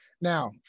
Now